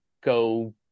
go